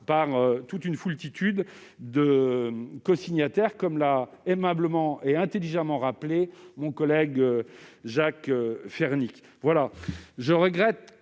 par une foultitude de cosignataires, comme l'a aimablement et intelligemment relevé mon collègue Jacques Fernique.